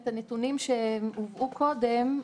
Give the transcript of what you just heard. הנתונים שהובאו קודם.